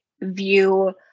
view